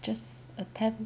just attempt